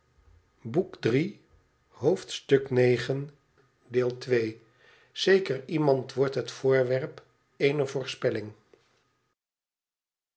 zeker iemand wordt het voorwerp eener voorspelling